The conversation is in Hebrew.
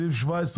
הצבעה לא אושר.